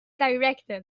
directed